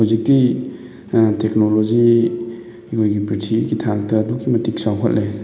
ꯍꯧꯖꯤꯛꯇꯤ ꯇꯦꯛꯅꯣꯂꯣꯖꯤ ꯑꯩꯈꯣꯏꯒꯤ ꯄ꯭ꯔꯤꯊꯤꯕꯤꯒꯤ ꯊꯥꯛꯇ ꯑꯗꯨꯛꯀꯤ ꯃꯇꯤꯛ ꯆꯥꯎꯈꯠꯂꯦ